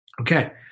Okay